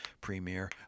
premier